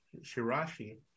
shirashi